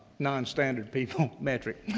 non-standard people. metric.